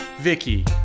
Vicky